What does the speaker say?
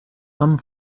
some